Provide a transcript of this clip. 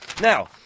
now